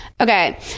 Okay